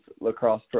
lacrosse